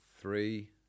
three